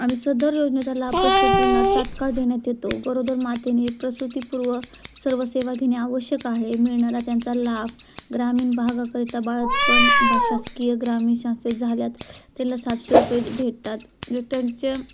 आणि सदर योजनेचा लाभ प्रसुतीनं तात्काळ देण्यात येतो गरोदर मातेने प्रसुतीपूर्व सर्व सेवा घेणे आवश्यक आहे मिळणारा त्यांचा लाभ ग्रामीण भागाकरिता बाळंतपण ब शासकीय ग्रामीण शासकीय झाल्या आहेत त्यांना सातशे रुपये भेटतात जे त्यांच्या